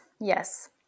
yes